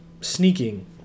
sneaking